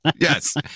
Yes